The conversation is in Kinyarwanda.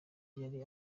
yari